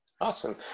Awesome